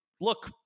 look